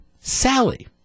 Sally